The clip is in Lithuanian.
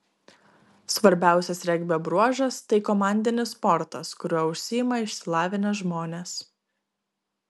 svarbiausias regbio bruožas tai komandinis sportas kuriuo užsiima išsilavinę žmonės